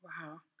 Wow